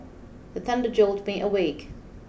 the thunder jolt me awake